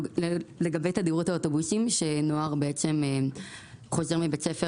לגבי תדירות האוטובוסים, נוער חוזר מבתי ספר